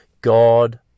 God